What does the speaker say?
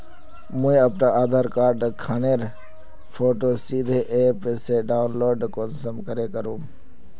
मुई अपना आधार कार्ड खानेर फोटो सीधे ऐप से डाउनलोड कुंसम करे करूम?